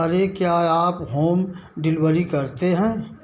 अरे क्या आप होम डिलवरी करते हैं